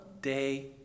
day